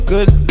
Good